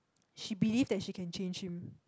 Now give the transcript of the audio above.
she believe that she can change him